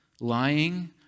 Lying